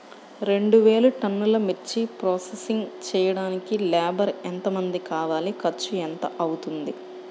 రెండు వేలు టన్నుల మిర్చి ప్రోసెసింగ్ చేయడానికి లేబర్ ఎంతమంది కావాలి, ఖర్చు ఎంత అవుతుంది?